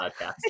podcast